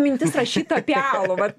mintis rašyt apie alų vat